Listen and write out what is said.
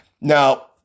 Now